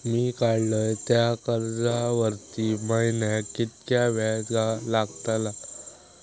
मी काडलय त्या कर्जावरती महिन्याक कीतक्या व्याज लागला?